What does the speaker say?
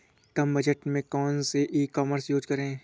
कम budget में कौन सी ई कॉमर्स यूज़ करें?